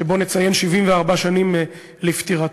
שבו נציין 74 שנים לפטירתו,